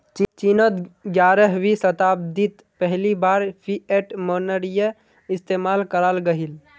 चिनोत ग्यारहवीं शाताब्दित पहली बार फ़िएट मोनेय्र इस्तेमाल कराल गहिल